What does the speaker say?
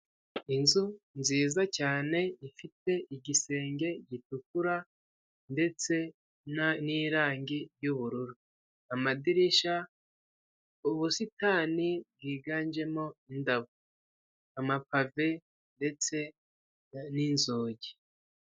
Inzu nziza cyane ifite igisenge gitukura, ndetse n'irangi ry'ubururu, amadirishya, ubusitani bwiganjemo indabo, amapave ndetse n'inzugi.